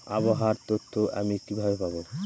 আবহাওয়ার তথ্য আমি কিভাবে পাবো?